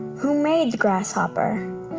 who made the grasshopper?